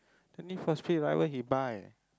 twenty first whatever he buy